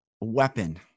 weapon